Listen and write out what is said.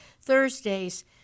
Thursdays